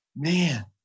Man